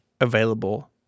available